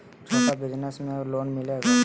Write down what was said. छोटा बिजनस में लोन मिलेगा?